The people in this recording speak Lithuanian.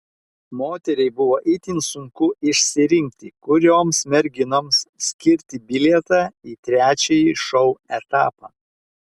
moteriai buvo itin sunku išsirinkti kurioms merginoms skirti bilietą į trečiąjį šou etapą